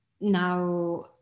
now